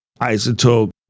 Isotope